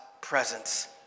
presence